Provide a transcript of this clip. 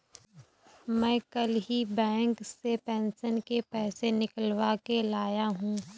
मैं कल ही बैंक से पेंशन के पैसे निकलवा के लाया हूँ